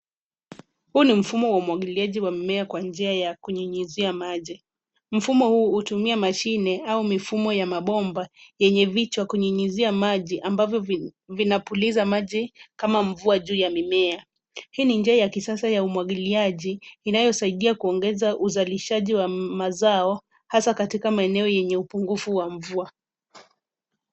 Huu ni mfumo wa umwagiliaji wa mmea kwa njia yaku nyunyuzia maji. Mfumo huu hutumia mashine au mifumo ya mabomba yenye vichwa kunyunyuzia maji ambapo vinapuliza maji kama mvua juu ya mimea. Hii ni njia ya kisasa ya umwagiliaji inayo saidia kuongeza uzalishaji wa mazao hasa katika maeneo yenye upungufu wa mvua.